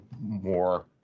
more